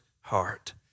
heart